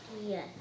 Yes